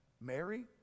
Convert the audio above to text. Mary